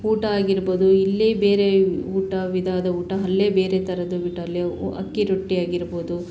ಊಟ ಆಗಿರ್ಬೋದು ಇಲ್ಲಿ ಬೇರೆ ಊಟ ವಿಧವಾದ ಊಟ ಅಲ್ಲೇ ಬೇರೆ ಥರದ್ದು ವಿಟ ಅಲ್ಲಿ ಅಕ್ಕಿ ರೊಟ್ಟಿ ಆಗಿರ್ಬೋದು